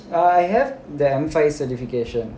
I have them five certification